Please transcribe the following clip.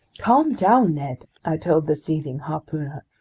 calm down, ned, i told the seething harpooner.